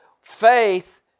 Faith